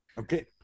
okay